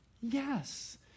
Yes